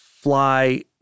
fly